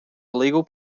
illegal